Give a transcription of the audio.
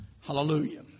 Hallelujah